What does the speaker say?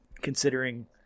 considering